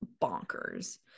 bonkers